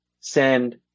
send